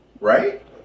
Right